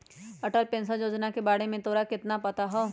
Atal pension Yojana के बारे में तोरा कितना पता हाउ?